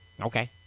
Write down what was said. Okay